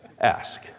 ask